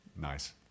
Nice